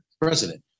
president